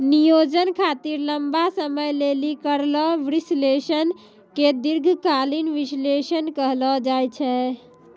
नियोजन खातिर लंबा समय लेली करलो विश्लेषण के दीर्घकालीन विष्लेषण कहलो जाय छै